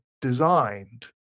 designed